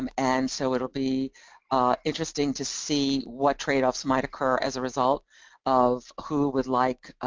um and so it'll be interesting to see what tradeoffs might occur as a result of who would like